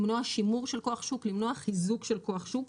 למנוע שימור של כוח שוק, למנוע חיזוק של כוח שוק,